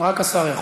רק השר?